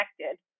connected